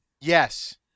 Yes